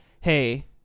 hey